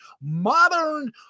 modern